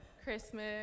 Christmas